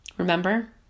Remember